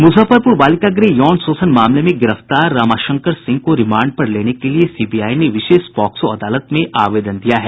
मुजफ्फरपुर बालिका गृह यौन शोषण मामले में गिरफ्तार रामाशंकर सिंह को रिमांड पर लेने के लिए सीबीआई ने विशेष पॉक्सो अदालत में आवेदन दिया है